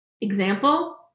Example